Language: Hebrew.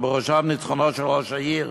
ובראשן ניצחונו של ראש העיר,